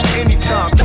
anytime